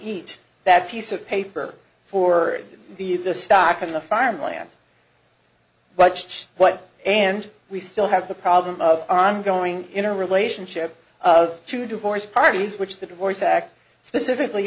eat that piece of paper for the the stock in the farm land but what and we still have the problem of ongoing in a relationship of two divorce parties which the divorce act specifically